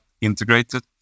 integrated